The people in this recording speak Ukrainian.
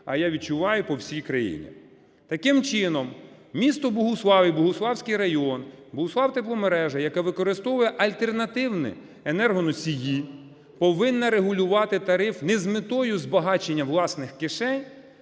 а я відчуваю, по всій країні. Таким чином, місто Богуслав і Богуславський район, Богуславтепломережа, яка використовує альтернативні енергоносії, повинна регулювати тариф не з метою збагачення власних кишень,